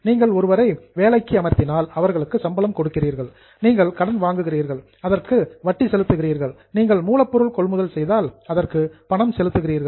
நீங்கள் ஒருவரை வேலைக்கு அமர்த்தினால் அவர்களுக்கு சம்பளம் கொடுக்கிறீர்கள் நீங்கள் கடன் வாங்குகிறீர்கள் அதற்கு வட்டி செலுத்துகிறீர்கள் நீங்கள் மூலப்பொருள் கொள்முதல் செய்தால் அதற்கு பணம் செலுத்துகிறீர்கள்